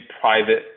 private